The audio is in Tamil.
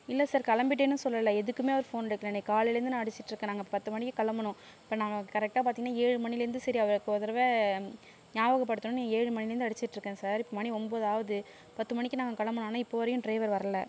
இல்லை சார் கிளம்பிட்டேன்னு சொல்லலை எதுக்குமே அவர் ஃபோனை எடுக்கலை இன்றைக்கு காலையிலிருந்து நான் அடிச்சுட்டு இருக்கேன் நாங்கள் பத்து மணிக்கு கிளம்பணும் இப்போ நாங்கள் கரெக்டாக பார்த்திங்கன்னா ஏழு மணிலேருந்து சரி அவருக்கு ஒரு தடவை ஞாபகப்படுத்தணும்னு ஏழு மணிலேருந்து அடிச்சுட்டு இருக்கேன் சார் மணி ஒன்போது ஆகுது பத்து மணிக்கு நாங்கள் கிளம்பணும் ஆனால் இப்போ வரையும் ட்ரைவர் வர்லை